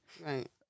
right